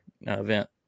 event